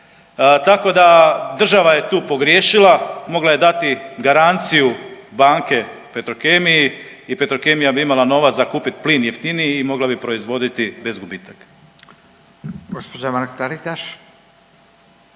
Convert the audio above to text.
Tako da država je tu pogriješila, mogla je dati garanciju banke Petrokemiji i Petrokemija bi imala novac za kupit plin jeftiniji i mogla bi proizvoditi bez gubitaka. **Radin, Furio